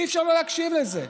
אי-אפשר לא להקשיב לזה.